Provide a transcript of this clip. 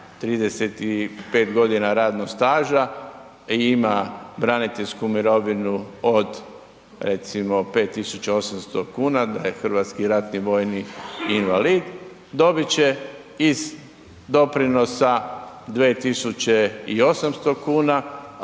35 godina radnog staža, ima braniteljsku mirovinu od, recimo 5800 kn, da je HRVI, dobit će iz doprinosa 2800 kn,